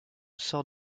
sort